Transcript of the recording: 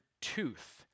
tooth